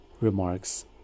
remarks